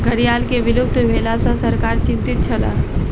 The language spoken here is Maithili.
घड़ियाल के विलुप्त भेला सॅ सरकार चिंतित छल